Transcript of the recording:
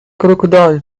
crocodile